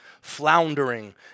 floundering